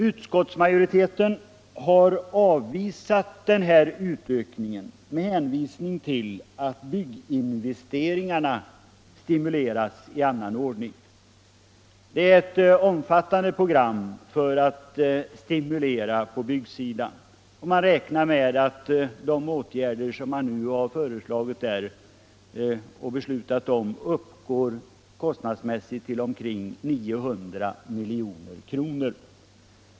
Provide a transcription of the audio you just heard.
Utskottsmajoriteten har avvisat den här utökningen med hänvisning till att bygginvesteringarna stimuleras i annan ordning. Det finns ett omfattande program för stimulanser på byggnadssidan, och man räknar med att de åtgärder som har föreslagits och beslutats kostnadsmässigt uppgår till omkring 900 milj.kr.